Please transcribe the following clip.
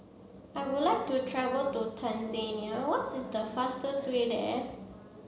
I would like to travel to Tanzania what's is the fastest way there